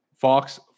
fox